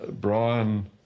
Brian